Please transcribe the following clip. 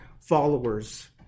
followers